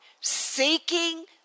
seeking